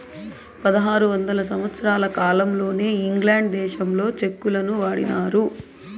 పదహారు వందల సంవత్సరాల కాలంలోనే ఇంగ్లాండ్ దేశంలో చెక్కులను వాడినారు